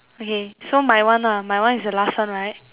okay so my one lah my one is the last one right